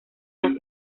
las